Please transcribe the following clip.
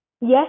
yes